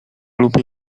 lubię